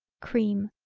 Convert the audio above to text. cream.